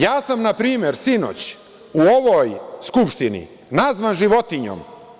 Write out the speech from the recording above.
Ja sam naprimer, sinoć, u ovoj Skupštini, nazvan životinjom.